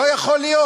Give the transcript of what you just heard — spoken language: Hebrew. לא יכול להיות.